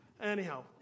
Anyhow